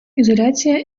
ізоляція